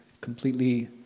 completely